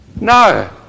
No